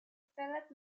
philipp